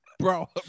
Bro